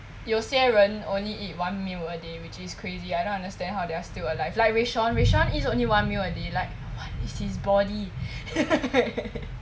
有些人 only eat one meal a day which is crazy I don't understand how they are still alive like rayshawn rayshawn eats only one meal a day like what is his body